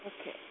Okay